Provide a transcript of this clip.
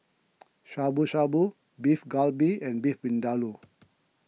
Shabu Shabu Beef Galbi and Beef Vindaloo